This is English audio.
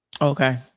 Okay